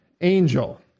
angel